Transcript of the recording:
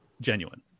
Genuine